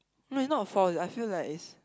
no it not a force I feel like it's